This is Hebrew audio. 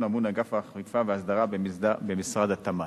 ממונה אגף האכיפה וההסדרה במשרד התמ"ת.